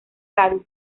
cádiz